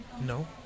no